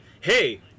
hey